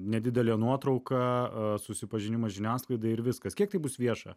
nedidelė nuotrauka susipažinimas žiniasklaidai ir viskas kiek tai bus vieša